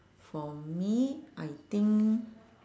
for me I think